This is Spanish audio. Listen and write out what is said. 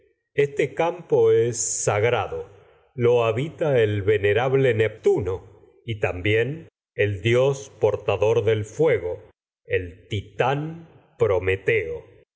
este campo es sagrado lo habita el venerable nepel dios que tuno y también el portador se del fuego vía el de titán suelo los prometeo